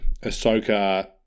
Ahsoka